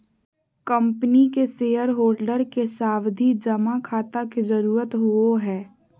company के shareholder के सावधि जमा खाता के जरूरत होवो हय